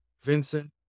Vincent